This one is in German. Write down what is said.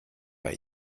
bei